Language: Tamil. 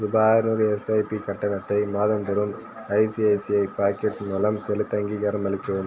ரூபாய் அறநூறு எஸ்ஐபி கட்டணத்தை மாதந்தோறும் ஐசிஐசிஐ பாக்கெட்ஸ் மூலம் செலுத்த அங்கீகாரம் அளிக்கவும்